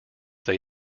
they